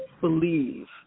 believe